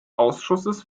ausschusses